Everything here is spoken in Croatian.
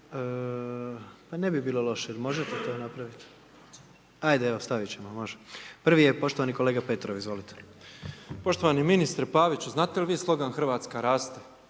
Pa ne bi bilo loše, jer možete to napravit? Ajde evo stavit ćemo može. Prvi je poštovani kolega Petrov, izvolite. **Petrov, Božo (MOST)** Poštovani ministre Paviću znate li vi slogan Hrvatska raste?